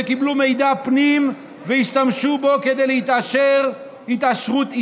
שקיבלו מידע פנים והשתמשו בו כדי להתעשר התעשרות אישית,